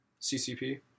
CCP